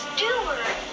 Stewart